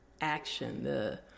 action—the